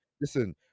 Listen